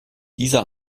dieser